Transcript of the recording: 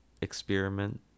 experiment